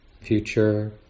future